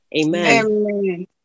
Amen